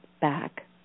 back